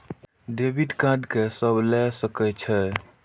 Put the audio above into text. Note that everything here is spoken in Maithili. डेबिट कार्ड के सब ले सके छै?